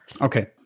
okay